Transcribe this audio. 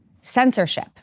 censorship